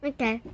Okay